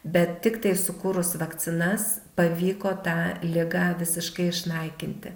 bet tiktai sukūrus vakcinas pavyko tą ligą visiškai išnaikinti